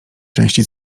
części